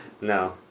No